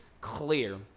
clear